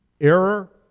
error